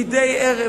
מדי ערב,